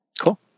Cool